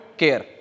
care